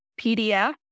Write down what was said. PDF